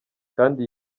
kandi